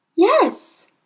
Yes